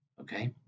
Okay